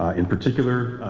in particular,